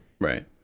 Right